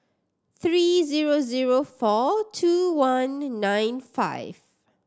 three zero zero four two one nine five